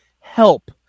help